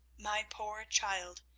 my poor child,